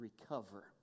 recover